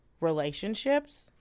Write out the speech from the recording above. relationships